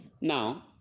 Now